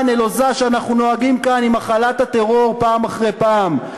הנלוזה שאנחנו נוהגים כאן עם הכלת הטרור פעם אחרי פעם.